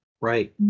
right